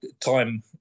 time